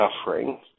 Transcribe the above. suffering